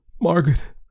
Margaret